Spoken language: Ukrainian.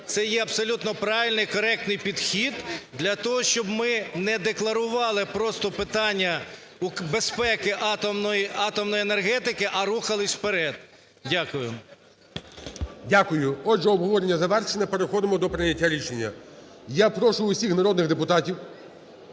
це є абсолютно правильний і коректний підхід для того, щоб ми не декларували просто питання безпеки атомної енергетики, а рухалися вперед. Дякую. ГОЛОВУЮЧИЙ. Дякую. Отже, обговорення завершено. Переходимо до прийняття рішення. І я прошу усіх народних депутатів